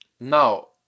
Now